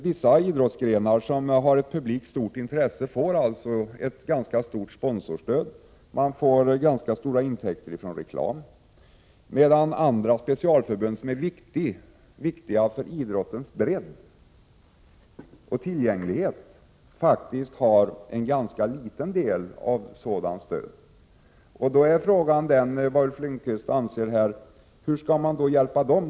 Vissa idrottsgrenar, som har ett stort publikt intresse, får ett ganska stort sponsorstöd och därigenom stora intäkter från reklam. Andra specialförbund däremot, som är viktiga för idrottens bredd och tillgänglighet, har en ganska liten del av sådant stöd. På vilket sätt anser Ulf Lönnqvist att man skall hjälpa dem?